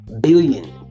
billion